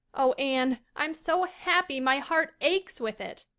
oh, anne, i'm so happy my heart aches with it.